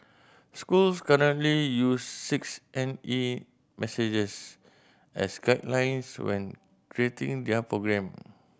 schools currently use six N E messages as guidelines when creating their programme